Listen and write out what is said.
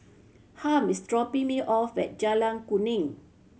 Hamp is dropping me off at Jalan Kuning